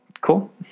cool